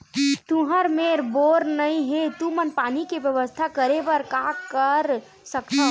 तुहर मेर बोर नइ हे तुमन पानी के बेवस्था करेबर का कर सकथव?